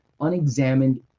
unexamined